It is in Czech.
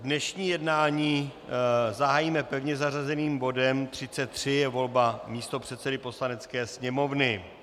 Dnešní jednání zahájíme pevně zařazeným bodem 33, volba místopředsedy Poslanecké sněmovny.